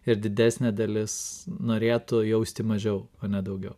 ir didesnė dalis norėtų jausti mažiau o ne daugiau